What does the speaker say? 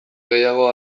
gehiago